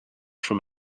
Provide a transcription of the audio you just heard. from